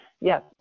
Yes